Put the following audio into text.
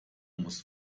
muss